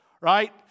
right